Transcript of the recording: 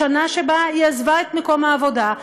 בשנה שבה היא עזבה את מקום העבודה,